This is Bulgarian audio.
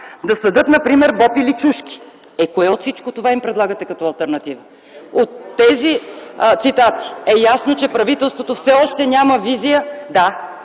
Да садят например боб или чушки.” Е, кое от всичко това им предлагате като алтернатива? (Шум и реплики.) От тези цитати е ясно, че правителството все още няма визия.